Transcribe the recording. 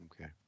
Okay